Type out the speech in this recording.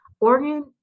organ